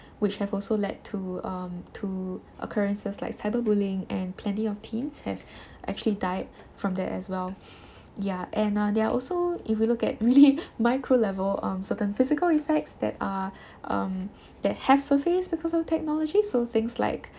which have also led to um to occurrences like cyber bullying and plenty of teens have actually died from that as well ya and uh there are also if you look at m~ micro level um certain physical effects that are um that have surfaced because of technology so things like